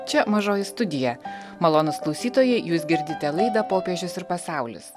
čia mažoji studija malonūs klausytojai jūs girdite laidą popiežius ir pasaulis